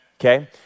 okay